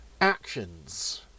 actions